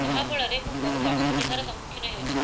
ଯାହା ଫଳରେ ମୁଁ ବହୁତ ଅସୁବିଧାର ସମ୍ମୁଖୀନ ହେଉଛି